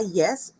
yes